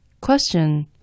Question